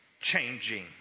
changing